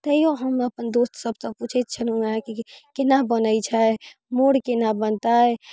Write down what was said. तैयो हम अपन दोस्त सबसँ पूछैत छलहुँ हँ की केना बनै छै मोर केना बनतै